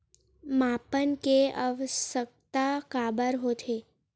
मापन के आवश्कता काबर होथे?